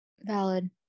Valid